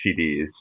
CDs